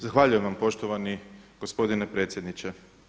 Zahvaljujem vam poštovani gospodine predsjedniče.